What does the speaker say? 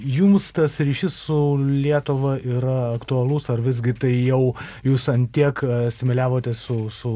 jums tas ryšys su lietuva yra aktualus ar visgi tai jau jūs ant tiek asimiliavotės su su